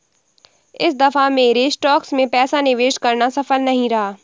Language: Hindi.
इस दफा मेरा स्टॉक्स में पैसा निवेश करना सफल नहीं रहा